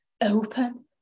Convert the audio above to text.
open